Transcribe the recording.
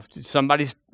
somebody's